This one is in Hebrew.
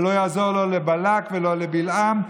ולא יעזור לא לבלק ולא לבלעם,